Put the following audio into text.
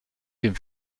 dem